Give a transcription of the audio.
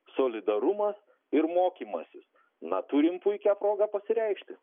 solidarumas ir mokymasis na turim puikią progą pasireikšti